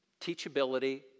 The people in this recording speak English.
teachability